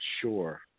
sure